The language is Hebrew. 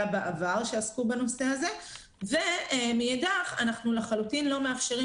בעבר שעסקו בנושא הזה; ומאידך אנחנו לא מאפשרים